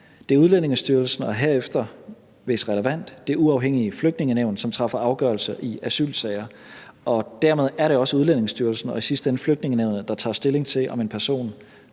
Det er Udlændingestyrelsen og herefter, hvis det er relevant, det uafhængige organ Flygtningenævnet, som træffer afgørelser i asylsager, og dermed er det også Udlændingestyrelsen og i sidste ende Flygtningenævnet, der tager stilling til, om en person